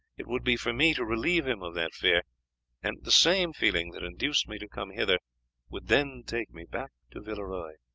it would be for me to relieve him of that fear and the same feeling that induced me to come hither would then take me back to villeroy.